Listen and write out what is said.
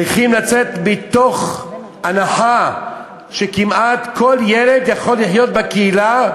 צריכים לצאת מהנחה שכמעט כל ילד יכול לחיות בקהילה,